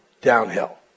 downhill